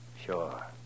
Sure